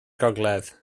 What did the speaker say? gogledd